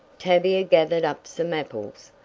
tavia gathered up some apples,